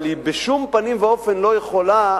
אבל היא בשום פנים ואופן לא יכולה